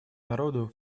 народу